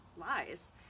lies